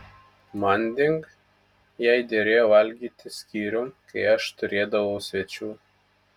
manding jai derėjo valgyti skyrium kai aš turėdavau svečių